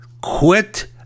Quit